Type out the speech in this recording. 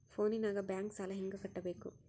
ಫೋನಿನಾಗ ಬ್ಯಾಂಕ್ ಸಾಲ ಹೆಂಗ ಕಟ್ಟಬೇಕು?